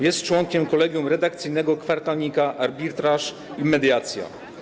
Jest członkiem kolegium redakcyjnego kwartalnika „Arbitraż i Mediacja”